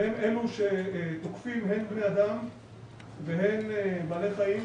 והם אלו שתוקפים הן בני אדם והן בעלי חיים,